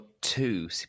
two